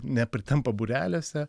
nepritampa būreliuose